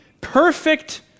perfect